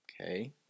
Okay